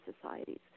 societies